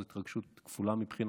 זאת התרגשות כפולה מבחינתי.